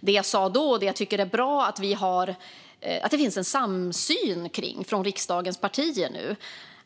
Vad jag sa då och tycker är bra är att det nu finns en samsyn och insikt från riksdagens partier